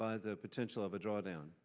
by the potential of a drawdown